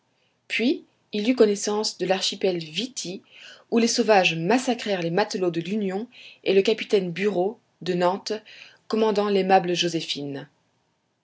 puis il eut connaissance de l'archipel viti où les sauvages massacrèrent les matelots de l'union et le capitaine bureau de nantes commandant